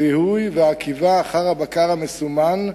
זיהוי ומעקב אחר הבקר המסומן,